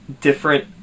different